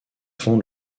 fond